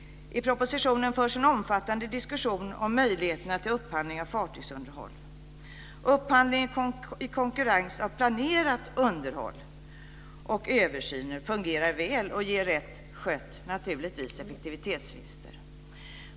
I propositionen förs en omfattande diskussion om möjligheterna till upphandling av fartygsunderhåll. Upphandling av planerat underhåll och översyner i konkurrens fungerar väl och ger naturligtvis, rätt skött, effektivitetsvinster.